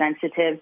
sensitive